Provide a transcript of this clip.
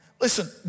Listen